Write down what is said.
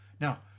Now